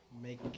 Make